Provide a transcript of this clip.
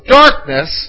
darkness